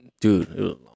Dude